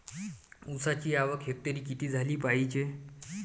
ऊसाची आवक हेक्टरी किती झाली पायजे?